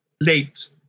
late